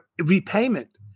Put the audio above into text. repayment